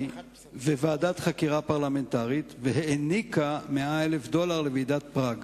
וועדת חקירה פרלמנטרית והעניקה 100,000 דולר לוועידת פראג?